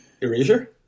Erasure